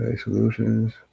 solutions